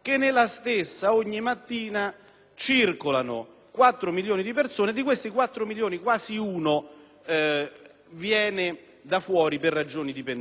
che nella stessa ogni mattina circolano 4 milioni di persone, di cui quasi uno viene da fuori per ragioni di pendolarismo,